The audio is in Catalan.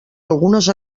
algunes